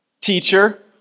Teacher